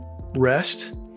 rest